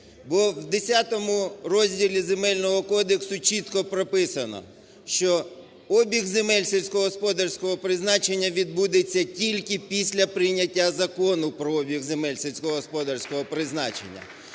Бо в Х розділі Земельного кодексу чітко прописано, що обіг земель сільськогосподарського призначення відбудеться тільки після прийняття Закону про обіг земель сільськогосподарського призначення.